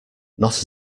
not